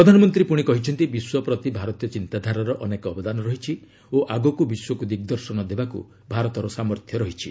ପ୍ରଧାନମନ୍ତ୍ରୀ ପୁଣି କହିଛନ୍ତି ବିଶ୍ୱ ପ୍ରତି ଭାରତୀୟ ଚିନ୍ତାଧାରାର ଅନେକ ଅବଦାନ ରହିଛି ଓ ଆଗକୁ ବିଶ୍ୱକୁ ଦିଗ୍ଦର୍ଶନ ଦେବାକୁ ଭାରତର ସାମର୍ଥ୍ୟ ରହିଛି